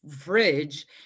fridge